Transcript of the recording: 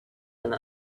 and